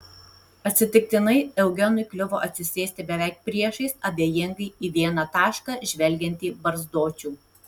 atsitiktinai eugenui kliuvo atsisėsti beveik priešais abejingai į vieną tašką žvelgiantį barzdočių